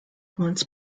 once